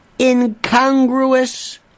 Incongruous